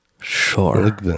Sure